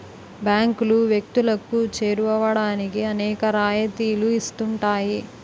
బ్యాంకులు వ్యక్తులకు చేరువవడానికి అనేక రాయితీలు ఇస్తుంటాయి